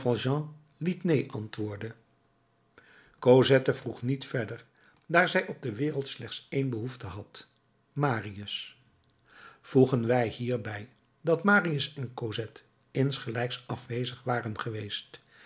neen antwoorden cosette vroeg niet verder daar zij op de wereld slechts één behoefte had marius voegen wij hierbij dat marius en cosette insgelijks afwezig waren geweest